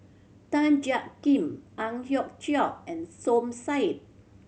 Tan Jiak Kim Ang Hiong Chiok and Som Said